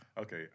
Okay